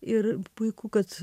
ir puiku kad